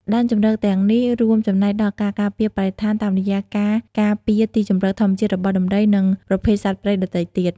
ដែនជម្រកទាំងនេះរួមចំណែកដល់ការការពារបរិស្ថានតាមរយៈការ ការពារទីជម្រកធម្មជាតិ របស់ដំរី និងប្រភេទសត្វព្រៃដទៃទៀត។